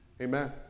Amen